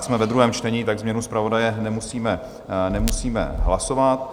Jsme ve druhém čtení, tak změnu zpravodaje nemusíme hlasovat.